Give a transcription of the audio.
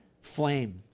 flame